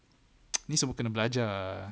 ni semua kena belajar ah